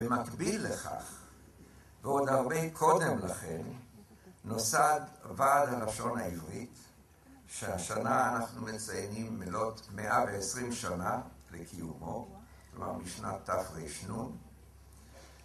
במקביל לכך, ועוד הרבה קודם לכן, נוסד ועד הלשון העברית, שהשנה אנחנו מציינים מלאות 120 שנה לקיומו, כלומר משנת תר"ן